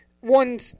One